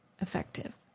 effective